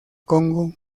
congo